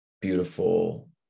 beautiful